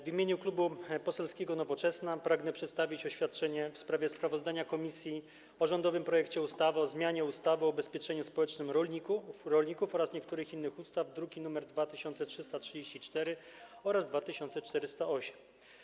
W imieniu Klubu Poselskiego Nowoczesna pragnę przedstawić oświadczenie w sprawie sprawozdania komisji o rządowym projekcie ustawy o zmianie ustawy o ubezpieczeniu społecznym rolników oraz niektórych innych ustaw, druki nr 2334 oraz 2408.